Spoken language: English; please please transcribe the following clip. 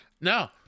No